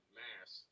mass